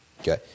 okay